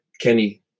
Kenny